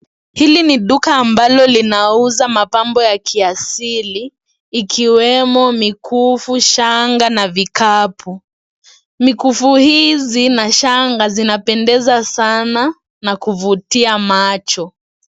Hili ni duka ambalo linauza mapambo ya kiasili, ikiwemo mikufu, shanga na vikapu. Mikufu hizi na shanga zinapendeza sana na kuvutia macho.